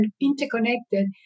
interconnected